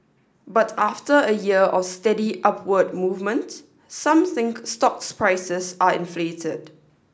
but after a year of steady upward movement some think stocks prices are inflated